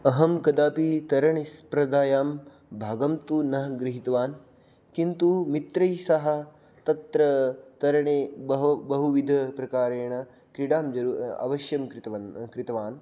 अहं कदापि तरणस्पर्धायां भागं तु न गृहीतवान् किन्तु मित्रैस्सह तत्र तरणे बहु बहुविधप्रकारेण क्रीडां जरु अवश्यं कृतवन् कृतवान्